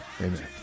Amen